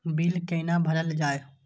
Bill कैना भरल जाय?